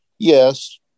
Yes